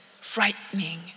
frightening